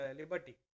liberty